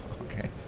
okay